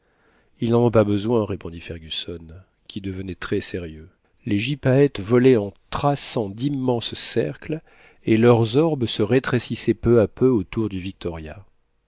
ils n'en ont pas besoin répondit fergusson qui devenait très sérieux les gypaètes volaient en traçant d'immenses cercles et leurs orbes se rétrécissaient peu à peu autour du victoria